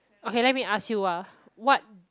okay let me ask you !wah! what